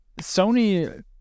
Sony